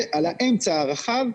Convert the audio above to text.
האמצע הרחב,